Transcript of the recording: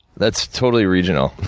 that's totally regional.